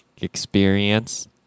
experience